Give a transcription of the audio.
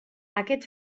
aquest